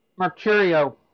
Mercurio